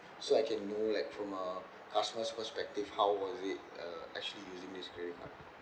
so I can know like from a customer's perspective how was it uh actually using this credit card